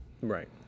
right